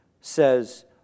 says